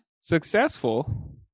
successful